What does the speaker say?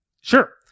Sure